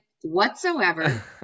whatsoever